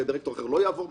דירקטור אחר לא יעבור?